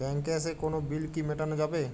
ব্যাংকে এসে কোনো বিল কি মেটানো যাবে?